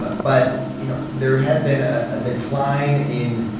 but but, you know, there has been a decline in,